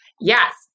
Yes